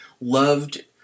loved